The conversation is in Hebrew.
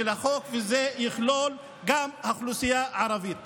ושהיא תכלול גם אוכלוסייה ערבית.